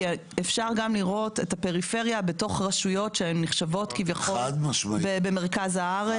אפשר גם לראות את הפריפריה בתוך רשויות שהן נחשבות כביכול במרכז הארץ.